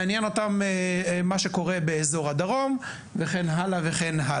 מעניין אותם מה שקורה באזור הדרום וכו' וכו'.